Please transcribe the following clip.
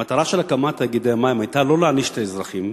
המטרה של הקמת תאגידי מים היתה לא להעניש את האזרחים